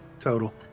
Total